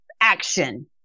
action